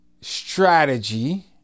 strategy